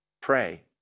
pray